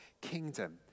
kingdom